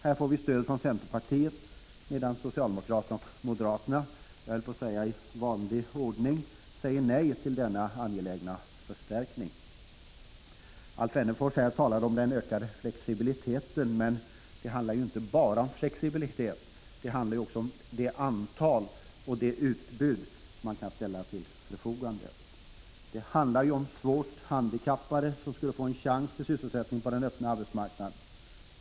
Här får vi stöd från centerpartiet, medan socialdemokraterna och moderaterna — jag höll på att säga i vanlig ordning — säger nej till denna angelägna förstärkning. Alf Wennerfors talade om den ökade flexibiliteten. Men det handlar ju inte bara om flexibiliteten, det handlar också om det antal och det utbud man kan ställa till förfogande. Det handlar, som sagt, om svårt handikappade, som skulle få en chans till sysselsättning på den öppna arbetsmarknaden.